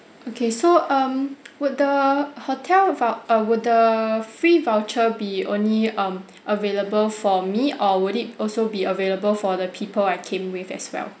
okay so um would the hotel vou~ uh would the free voucher be only um available for me or would it also be available for the people I came with as well